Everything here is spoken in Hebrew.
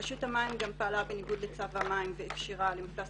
רשות המים גם פעלה בניגוד לצו המים ואפשרה למפלס